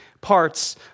parts